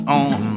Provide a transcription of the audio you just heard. on